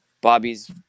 bobby's